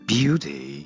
Beauty